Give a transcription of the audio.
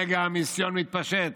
נגע המיסיון מתפשט,